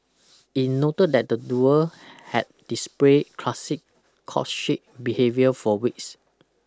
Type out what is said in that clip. it noted that the duo had displayed classic courtship behaviour for weeks